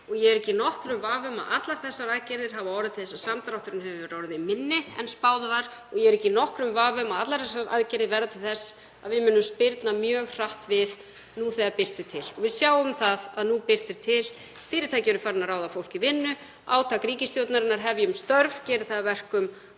Ég er ekki í nokkrum vafa um að allar þessar aðgerðir hafa orðið til þess að samdrátturinn hefur orðið minni en spáð var og ég er ekki í nokkrum vafa um að allar þessar aðgerðir verða til þess að við munum spyrna mjög hratt við nú þegar birtir til. Við sjáum að nú birtir til. Fyrirtæki eru farin að ráða fólk í vinnu, átak ríkisstjórnarinnar Hefjum störf gerir það að verkum